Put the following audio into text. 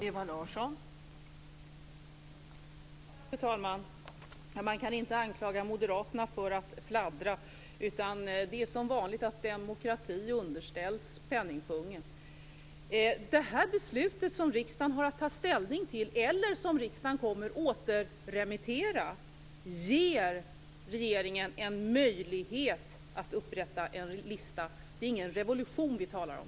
Fru talman! Man kan inte anklaga moderaterna för att fladdra. Det är som vanligt att demokrati underställs penningpungen. Det beslut som riksdagen har att ta ställning till eller som riksdagen kommer att återremittera ger regeringen en möjlighet att upprätta en lista. Det är ingen revolution vi talar om.